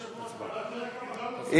לטוס אליהן,